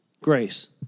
Grace